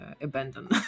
abandon